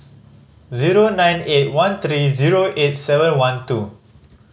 zero nine eight one three zero eight seven one two